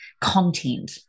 content